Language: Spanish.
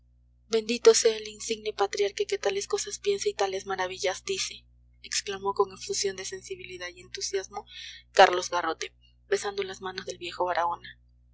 bendito sea el insigne patriarca que tales cosas piensa y tales maravillas dice exclamó con efusión de sensibilidad y entusiasmo carlos garrote besando las manos del viejo baraona